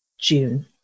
June